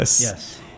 Yes